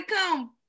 come